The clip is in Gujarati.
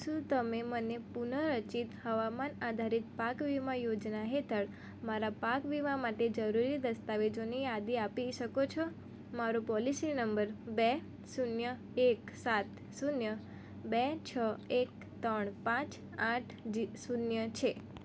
શું તમે મને પુનઃરચિત હવામાન આધારિત પાક વીમા યોજના હેઠળ મારા પાક વીમા માટે જરૂરી દસ્તાવેજોની યાદી આપી શકો છો મારો પોલિસી નંબર બે શૂન્ય એક સાત શૂન્ય બે છ એક ત્રણ પાંચ આઠ શૂન્ય છે